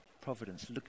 providence